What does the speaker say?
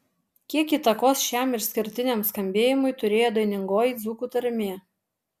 kiek įtakos šiam išskirtiniam skambėjimui turėjo dainingoji dzūkų tarmė